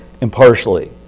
impartially